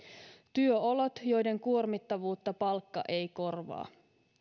työolot joiden kuormittavuutta palkka ei korvaa